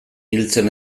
hiltzen